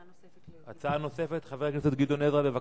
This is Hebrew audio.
הצעה נוספת, חבר הכנסת עזרא, בבקשה.